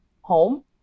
home